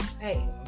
Hey